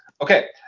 Okay